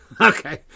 Okay